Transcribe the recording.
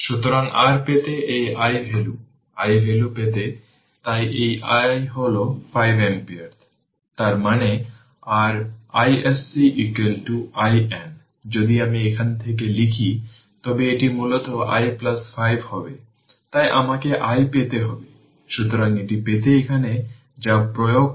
সুতরাং এই ক্ষেত্রে এটি ইকুইভ্যালেন্ট সার্কিট এটি x 10 Ω এবং 90 Ω সিরিজে রয়েছে যে এটি 20 মিলিফ্যারাড এবং ইনিশিয়াল ক্যাপাসিটরটি v C0 15 ভোল্টে চার্জ করা হয়েছিল যা দেখেছি